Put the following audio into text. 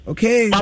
Okay